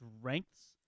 strengths